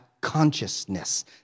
consciousness